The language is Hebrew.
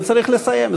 וצריך לסיים.